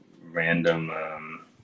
random